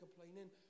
complaining